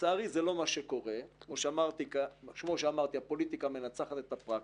לצערי זה לא מה שקורה וכמו שאמרתי הפוליטיקה מנצחת את הפרקטיקה.